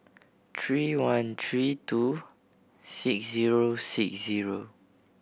three one three two six zero six zero